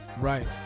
right